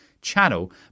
channel